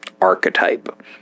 archetype